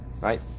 right